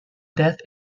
death